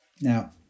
Now